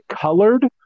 colored